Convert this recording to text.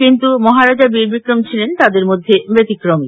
কিন্তু মহারাজা বীরবিক্রম ছিলেন তাঁদের মধ্যে ব্যতিক্রমী